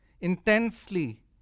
Intensely